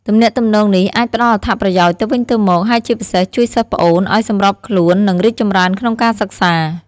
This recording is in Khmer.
ទំនាក់ទំនងនេះអាចផ្ដល់អត្ថប្រយោជន៍ទៅវិញទៅមក ហើយជាពិសេសជួយសិស្សប្អូនឲ្យសម្របខ្លួន និងរីកចម្រើនក្នុងការសិក្សា។